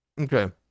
okay